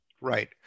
right